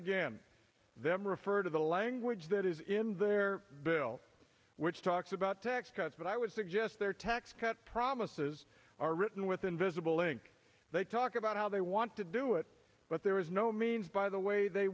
again them refer to the language that is in their bill which talks about tax cuts but i would suggest their tax cut promises are written with invisible ink they talk about how they want to do it but there is no means by the way they